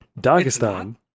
Dagestan